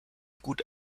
gut